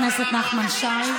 חבר הכנסת נחמן שי,